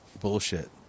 bullshit